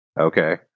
Okay